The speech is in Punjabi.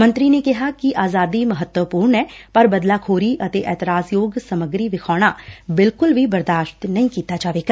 ਮੰਤਰੀ ਨੇ ਕਿਹਾ ਕਿ ਆਜ਼ਾਦੀ ਮਹੱਤਵਪੁਰਨ ਐ ਪਰ ਬਦਲਾਧੋਰੀ ਅਤੇ ਇਤਰਾਜਯੋਗ ਸਮੱਗਰੀ ਵਿਖਾਉਣਾ ਬਿਲਕੁਲ ਵੀ ਬਰਦਾਸਤ ਨਹੀ ਕੀਤਾ ਜਾਵੇਗਾ